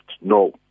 no